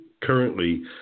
currently